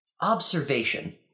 observation